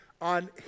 on